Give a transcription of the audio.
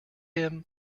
him